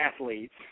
athletes